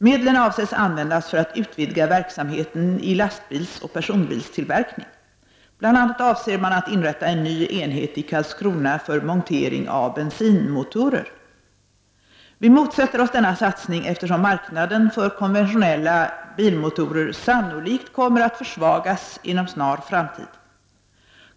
Medlen avses användas för att utvidga verksamheten i lastbilsoch personbilstillverkning, bl.a. avser man inrätta en ny enhet i Karlskrona för montering av bensinmotorer. Vi motsätter oss denna satsning, eftersom marknaden för konventionella bilmotorer sannolikt kommer att försvagas inom snar framtid.